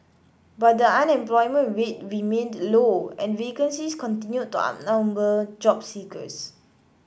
but the unemployment rate remained low and vacancies continued to outnumber job seekers